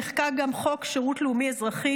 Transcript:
נחקק גם חוק שירות לאומי-אזרחי,